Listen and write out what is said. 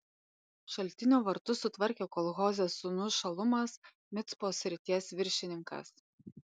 šaltinio vartus sutvarkė kol hozės sūnus šalumas micpos srities viršininkas